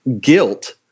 guilt